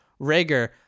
Rager